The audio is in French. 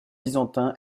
byzantin